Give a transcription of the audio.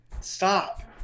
Stop